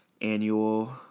annual